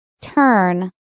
Turn